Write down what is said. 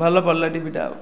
ଭଲ ପଡ଼ିଲା ଟିଭି ଟା ଆଉ